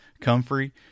comfrey